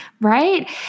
right